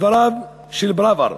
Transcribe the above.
דבריו של פראוור.